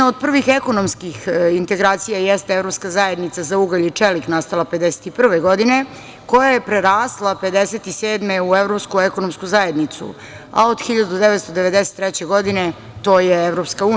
Jedna od prvih ekonomskih integracija jeste Evropska zajednica za ugalj i čelik nastala 1951. godine koja je prerasla 1957. godine u Evropsku ekonomsku zajednicu, a od 1990. godine to je EU.